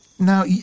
Now